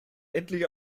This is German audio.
endlich